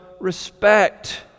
respect